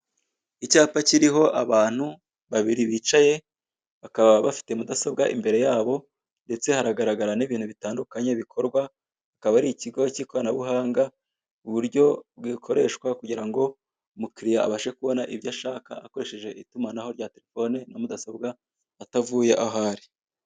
Icyapa kiriho abantu babiri bicaye, bakaba bafite mudasobwa imbere yabo, ndetse hagaragara n'ibintu bitandukanye bikorwa, akaba ari ikigo cy'ikoranabuhanga, uburyo bwakoreshwa kugira ngo umukiriya abashe kubona ibyo ashaka akoresheje itumanaho rya terefoni na mudasobwa atavuye aho ari.